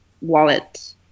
wallet